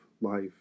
life